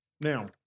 Now